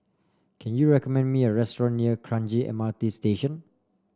can you recommend me a restaurant near Kranji M R T Station